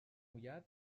mullat